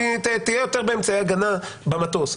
תהיה עם יותר אמצעי הגנה במטוס,